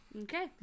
Okay